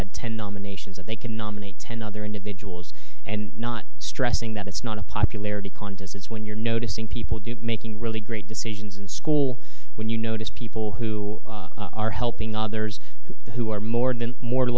had ten nominations that they could nominate ten other individuals and not stressing that it's not a popularity contest it's when you're noticing people do making really great decisions in school when you notice people who are helping others who are more than more